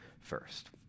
first